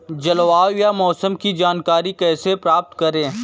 जलवायु या मौसम की जानकारी कैसे प्राप्त करें?